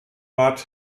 bad